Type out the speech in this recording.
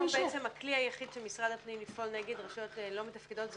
היום בעצם הכלי היחיד שמשרד הפנים יפעל נגד רשויות לא מתפקדות,